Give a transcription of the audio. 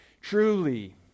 Truly